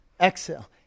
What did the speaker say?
exhale